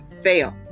fail